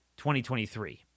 2023